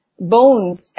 bones